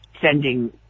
sending